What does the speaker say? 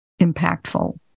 impactful